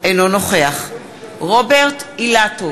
אינו נוכח רוברט אילטוב,